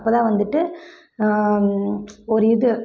அப்போதான் வந்துட்டு ஒரு இது